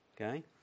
Okay